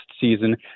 season